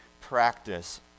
practice